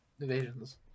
invasions